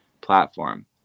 platform